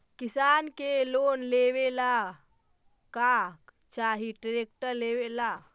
किसान के लोन लेबे ला का चाही ट्रैक्टर लेबे ला?